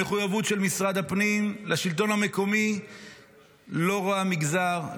המחויבות של משרד הפנים לשלטון המקומי לא רואה מגזר,